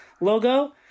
logo